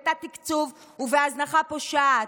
בתת-תקצוב ובהזנחה פושעת.